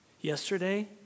Yesterday